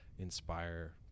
inspire